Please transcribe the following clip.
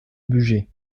bugey